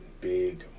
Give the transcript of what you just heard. Big